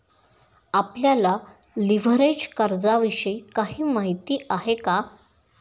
आपल्याला लिव्हरेज कर्जाविषयी काही माहिती आहे का?